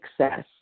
success